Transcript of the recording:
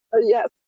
Yes